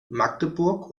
magdeburg